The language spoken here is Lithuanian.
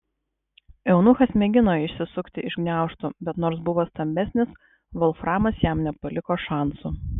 eunuchas mėgino išsisukti iš gniaužtų bet nors buvo stambesnis volframas jam nepaliko šansų